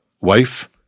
wife